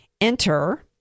Enter